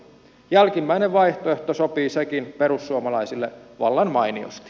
jälkimmäinen vaihtoehto sopii sekin perussuomalaisille vallan mainiosti